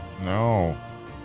no